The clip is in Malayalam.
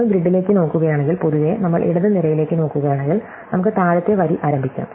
നിങ്ങൾ ഗ്രിഡിലേക്ക് നോക്കുകയാണെങ്കിൽ പൊതുവേ നമ്മൾ ഇടത് നിരയിലേക്ക് നോക്കുകയാണെങ്കിൽ നമുക്ക് താഴത്തെ വരി ആരംഭിക്കാം